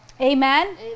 Amen